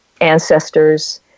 ancestors